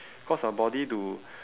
cause our body to